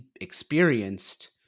experienced